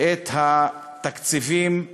את התקציבים החברתיים,